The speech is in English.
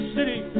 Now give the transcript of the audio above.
City